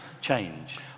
change